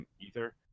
ether